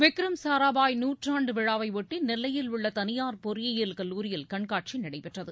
விக்ரம் சாராபாய் நூற்றாண்டு விழாவை ஒட்டி நெல்லையில் உள்ள தனியார் பொறியியல் கல்லூரியில் கண்காட்சி நடைபெற்றது